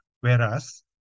whereas